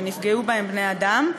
שנפגעו בהן בני אדם.